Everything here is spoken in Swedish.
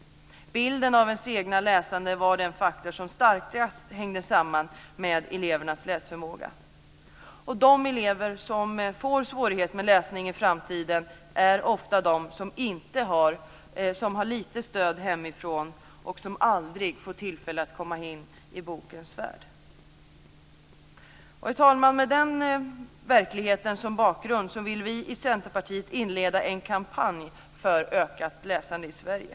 Bilden av ens egna läsande var den faktor som starkast hängde samman med elevernas läsförmåga. De elever som får svårigheter med läsningen i framtiden är ofta de som har lite stöd hemifrån och som aldrig får tillfälle att komma in i bokens värld. Herr talman! Med den verkligheten som bakgrund vill vi i Centerpartiet inleda en kampanj för ökat läsande i Sverige.